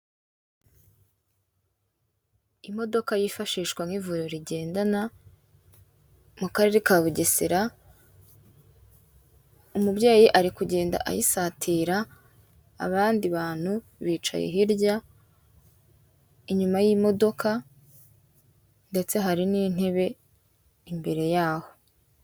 Imodoka yifashishwa nk'ivuriro rigendana, mu karere ka Bugesera, umubyeyi ari kugenda ayisatira, abandi bantu bicaye hirya, inyuma y'imodoka, ndetse hari n'intebe imbere yaho.